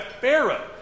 Pharaoh